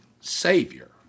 Savior